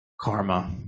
karma